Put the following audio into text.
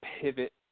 pivot